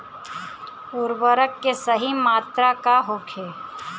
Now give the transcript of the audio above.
उर्वरक के सही मात्रा का होखे?